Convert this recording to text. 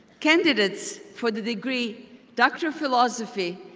candidates for the degree doctor of philosophy,